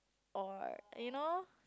or you know